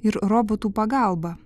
ir robotų pagalba